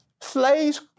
slaves